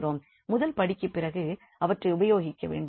முதல் படிக்கு பிறகு அவற்றை உபயோகிக்க வேண்டும்